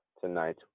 tonight